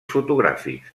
fotogràfics